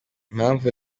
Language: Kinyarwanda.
impamvu